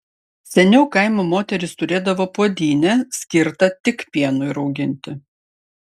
seniau kaimo moterys turėdavo puodynę skirtą tik pienui rauginti